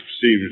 Seems